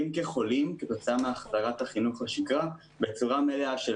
כחולים כתוצאת מהחזרת החינוך לשגרה בצורה מלאה.